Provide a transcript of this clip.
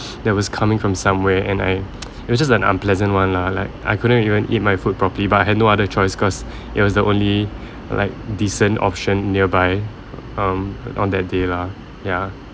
that was coming from somewhere and I it was just an unpleasant one lah like I couldn't even eat my food properly but I had no other choice cause it was the only like decent option nearby um on that day lah ya